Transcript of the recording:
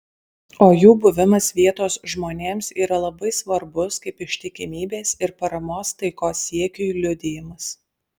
o jų buvimas vietos žmonėms yra labai svarbus kaip ištikimybės ir paramos taikos siekiui liudijimas